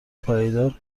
پایدار